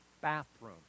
bathroom